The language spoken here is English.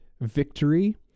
victory